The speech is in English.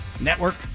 network